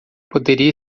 poderia